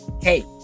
Hey